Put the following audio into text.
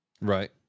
Right